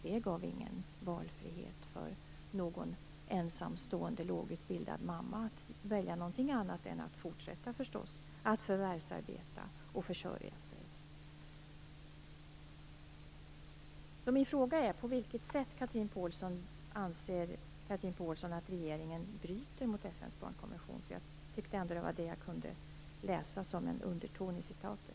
Det gav ingen valfrihet för en ensamstående lågutbildad mamma att välja något annat än att fortsätta förvärvsarbeta och försörja sig själv. Min fråga är: På vilket sätt anser Chatrine Pålsson att regeringen bryter mot FN:s barnkonvention? Jag tyckte ändå att det var det jag kunde läsa som en underton i citatet.